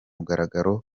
mugaragaro